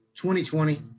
2020